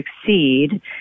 succeed